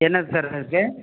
என்னது சார் இருக்குது